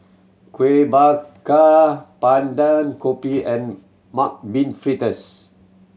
Kuih Bakar Pandan kopi and Mung Bean Fritters